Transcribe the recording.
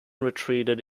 retreated